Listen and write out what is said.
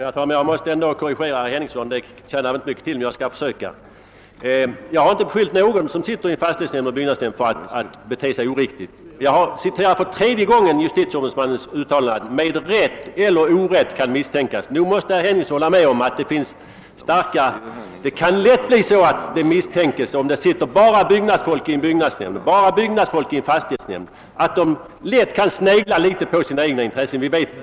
Herr talman! Det tjänar kanske inte så mycket till men jag måste ändå försöka att korrigera herr Henningsson. Jag har inte beskyllt någon som sitter i en fastighetsnämnd eller en byggnadsnämnd för att bete sig oriktigt. Jag har tre gånger citerat justitieombudsmannens uttalande »med rätt eller orätt kan misstänkas». Nog måste herr Henningsson hålla med om att om det sitter en bart byggnadsfolk i en byggnadsnämnd eller i en fastighetsnämnd uppstår lätt misstankar om att dessa sneglar på sina egna intressen.